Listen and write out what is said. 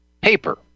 Paper